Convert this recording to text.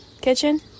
kitchen